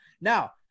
now